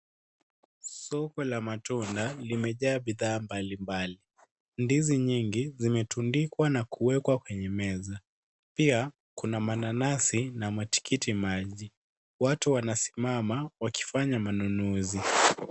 Soko la matunda limejaa bidhaa mbalimbali. Ndizi nyingi zimetundikwa na kuwekwa kwenye meza. Pia kuna mananasi na matikiti maji. Watu wanasimama wakifanya manunuzi.